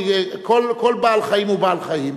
כי כל בעל-חיים הוא בעל-חיים,